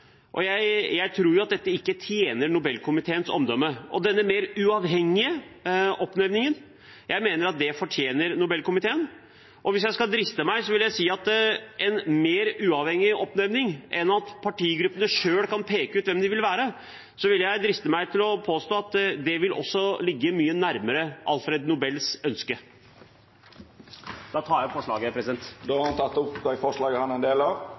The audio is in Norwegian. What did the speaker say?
og jeg tror ikke det tjener Nobelkomiteens omdømme. En mer uavhengig oppnevning mener jeg Nobelkomiteen fortjener. En mer uavhengig oppnevning enn at partigruppene selv kan peke ut hvem de vil det skal være, vil jeg også driste meg til å påstå vil ligge mye nærmere Alfred Nobels ønske. Presidentskapets medlem Abid Q. Raja har teke opp forslaget han refererte til. Jeg viser først til hva Stortingets president presenterte som presidentskapets hovedinnstilling, og jeg slutter meg helt og fullt til det